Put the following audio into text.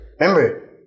Remember